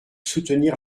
soutenir